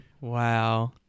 Wow